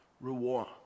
reward